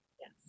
Yes